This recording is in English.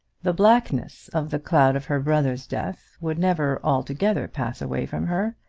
the blackness of the cloud of her brother's death would never altogether pass away from her.